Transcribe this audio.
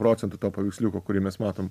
procentų to paveiksliuko kurį mes matom